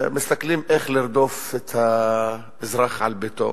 מסתכלים איך לרדוף את האזרח על ביתו,